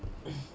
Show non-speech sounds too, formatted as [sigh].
[coughs]